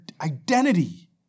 identity